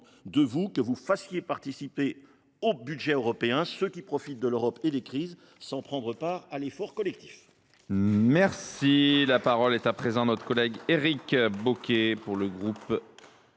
de vous que vous fassiez participer au budget européen ceux qui profitent de l’Europe et des crises sans prendre part à l’effort collectif.